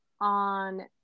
on